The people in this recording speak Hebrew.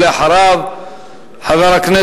4809,